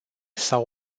sau